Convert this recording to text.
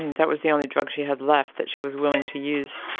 and that was the only drug she had left that she was willing to use,